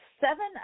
seven